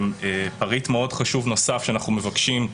פריט מאוד חשוב נוסף שאנחנו מבקשים,